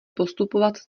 postupovat